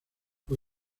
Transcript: fue